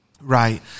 Right